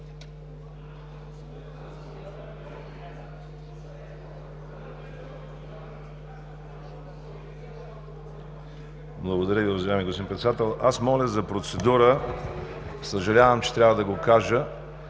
Благодаря Ви, уважаеми господин Председател. Аз моля за процедура. Съжалявам, че трябва да го кажа